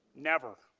never.